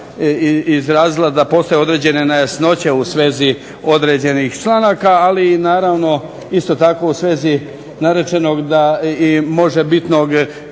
da postoje određene nejasnoće u svezi određenih članaka, ali i naravno isto tako u svezi rečenog da i možebitnog